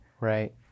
Right